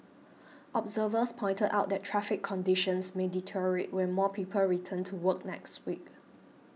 observers pointed out that traffic conditions may deteriorate when more people return to work next week